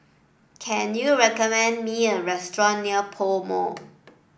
can you recommend me a restaurant near PoMo